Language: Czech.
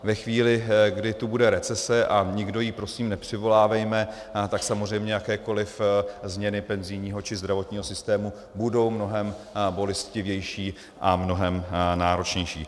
Ve chvíli, kdy tu bude recese, a nikdo ji prosím nepřivolávejme, tak samozřejmě jakékoliv změny penzijního či zdravotního systému budou mnohem bolestivější a mnohem náročnější.